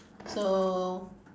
so